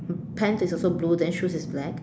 pants is also blue then shoes is black